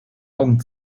augen